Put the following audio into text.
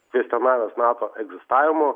kvestionavęs nato egzistavimo